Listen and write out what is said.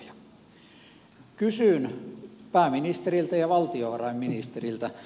kysyn pääministeriltä ja valtiovarainministeriltä